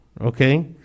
okay